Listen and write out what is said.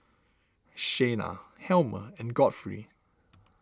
Shayna Helmer and Godfrey